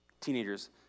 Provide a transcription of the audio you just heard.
teenagers